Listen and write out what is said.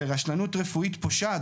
ורשלנות רפואית פושעת,